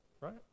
right